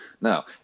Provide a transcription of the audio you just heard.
now